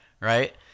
right